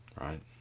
Right